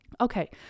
Okay